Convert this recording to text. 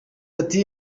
ati